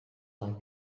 like